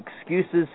excuses